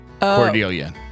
Cordelia